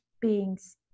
beings